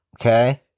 Okay